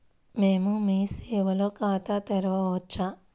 మేము మీ సేవలో ఖాతా తెరవవచ్చా?